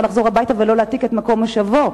לחזור הביתה ולא להעתיק את מקום מושבו.